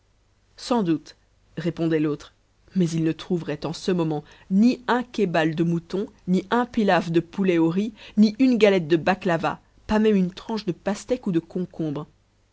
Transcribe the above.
sans doute répondait l'autre mais ils ne trouveraient en ce moment ni un kébal de mouton ni un pilaw de poulet au riz ni une galette de baklava pas même une tranche de pastèque ou de concombre